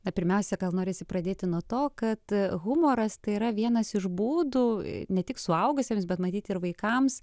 na pirmiausia gal norisi pradėti nuo to kad humoras tai yra vienas iš būdų ne tik suaugusiems bet matyt ir vaikams